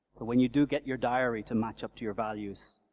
when you do get your diary to match up to your values,